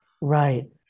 Right